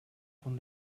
von